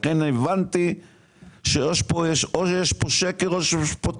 לכן הבנתי שיש פה שקר או שיש פה טעות.